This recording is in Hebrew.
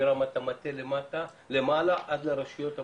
מרמת המטה למעלה עד לרשויות המקומיות?